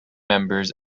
members